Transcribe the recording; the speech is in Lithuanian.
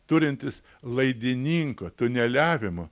turintis laidininko tuneliavimo